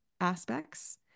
aspects